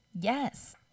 Yes